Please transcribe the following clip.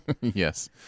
Yes